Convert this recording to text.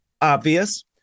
obvious